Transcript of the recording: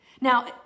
Now